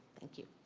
thank you.